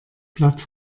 blatt